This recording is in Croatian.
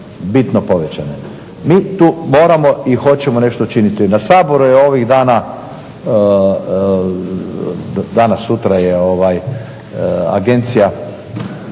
bitno povećane. Mi tu moramo i hoćemo nešto učiniti. Na Saboru je ovih dana, danas, sutra je Agencija